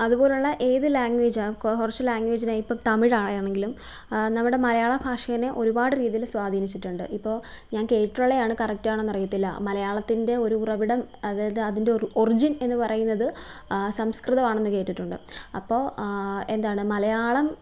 അതുപോലുള്ള ഏത് ലാംഗ്വേജ് കുറച്ചു ലാംഗ്വേജിനായി ഇപ്പോൾ തമിഴ് ആണെങ്കിലും നമ്മുടെ മലയാള ഭാഷേനെ ഒരുപാട് രീതിയിൽ സ്വാധീനിച്ചിട്ടുണ്ട് ഇപ്പോൾ ഞാൻ കേട്ടിട്ടുള്ളത് ആണ് കറക്റ്റ് ആണോ എന്ന് അറിയത്തില്ല മലയാളത്തിൻ്റെ ഒരു ഉറവിടം അതായത് അതിൻ്റെ ഒർ ഒർജിൻ എന്ന് പറയുന്നത് സംസ്കൃതവാണെന്ന് കേട്ടിട്ടുണ്ട് അപ്പോൾ എന്താണ് മലയാളം